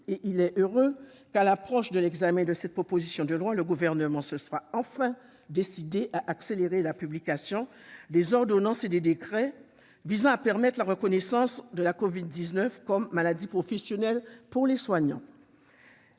Il est heureux qu'à l'approche de l'examen de cette proposition de loi le Gouvernement se soit enfin décidé à accélérer la publication des ordonnances et décrets permettant cette reconnaissance de la Covid-19 comme maladie professionnelle pour les soignants.